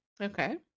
Okay